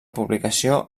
publicació